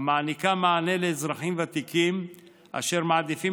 המעניקה מענה לאזרחים ותיקים אשר מעדיפים